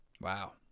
Wow